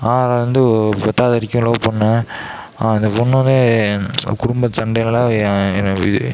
ஆறாவதுலேருந்து ஒரு பத்தாவது வரைக்கும் லவ் பண்ணேன் அந்த பொண்ணு வந்து குடும்ப சண்டையினால் என்ன